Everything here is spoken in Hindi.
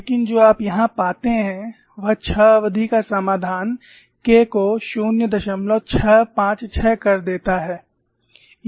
लेकिन जो आप यहां पाते हैं वह छह अवधि का समाधान K को 0656 कर देता है